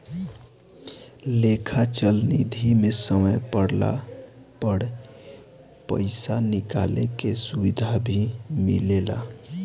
लेखा चल निधी मे समय पड़ला पर पइसा निकाले के सुविधा भी मिलेला